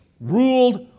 ruled